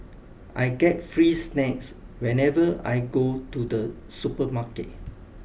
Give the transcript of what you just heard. I get free snacks whenever I go to the supermarket